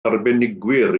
arbenigwyr